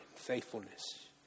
faithfulness